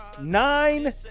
Nine